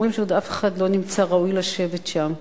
אומרים שעוד אף אחד לא נמצא ראוי לשבת שם.